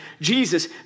Jesus